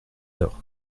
heures